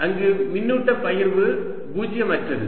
அங்கு மின்னூட்ட பகிர்வு பூஜ்ஜியமற்றது